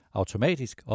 automatisk